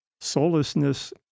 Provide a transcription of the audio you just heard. soullessness